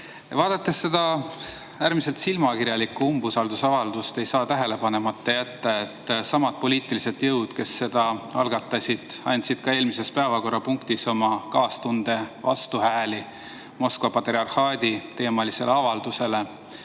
Vaadates seda äärmiselt silmakirjalikku umbusaldusavaldust ei saa tähele panemata jätta, et samad poliitilised jõud, kes selle algatasid, andsid eelmises päevakorrapunktis oma kaastundevastuhääli Moskva patriarhaadi teemalisele avaldusele.